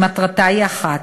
שמטרתה היא אחת: